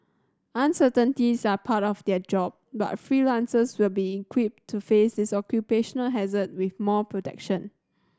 uncertainties are part of their job but freelancers will be equipped to face is occupational hazard with more protection